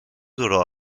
durò